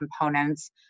components